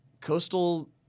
Coastal